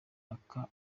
akaga